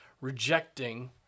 rejecting